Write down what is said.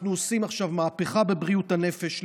אנחנו עושים עכשיו מהפכה בבריאות הנפש.